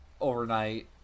overnight